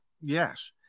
Yes